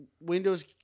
Windows-